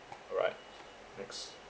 alright next